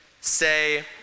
say